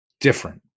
different